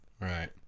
Right